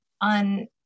on